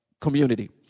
community